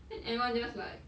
then everyone just like go